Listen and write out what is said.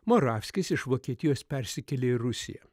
moravskis iš vokietijos persikėlė į rusiją